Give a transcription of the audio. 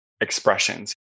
expressions